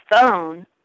phone